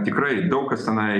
tikrai daug kas tenai